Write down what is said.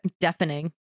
deafening